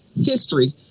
history